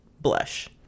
blush